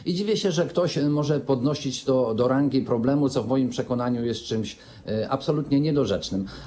I dziwię się, że ktoś może podnosić to do rangi problemu, co w moim przekonaniu jest czymś absolutnie niedorzecznym.